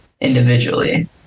individually